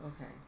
Okay